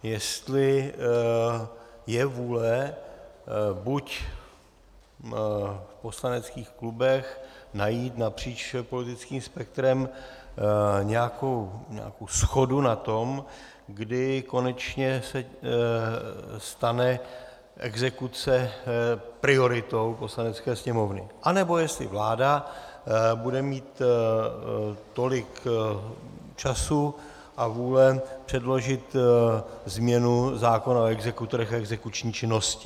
Jestli je vůle buď v poslaneckých klubech najít napříč politickým spektrem nějakou shodu na tom, kdy se konečně stane exekuce prioritou Poslanecké sněmovny, anebo jestli vláda bude mít tolik času a vůle předložit změnu zákona o exekutorech a exekuční činnosti.